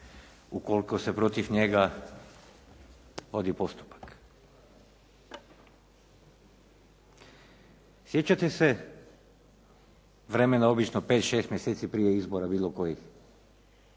ukoliko se protiv njega vodi postupak. Sjećate se vremena obično 5, 6 mjeseci prije izbora bilo kojih